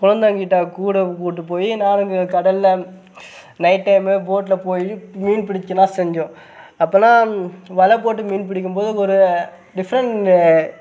கொழந்தன் கிட்டே கூட கூப்பிட்டு போய் நாங்கள் கடலில் நைட் டைமு போட்டில் போய் மீன் பிடிக்கலாம்ன் செஞ்சோம் அப்போன்னா வலை போட்டு மீன் பிடிக்கும்போது ஒரு டிஃப்ரெண்ட்டு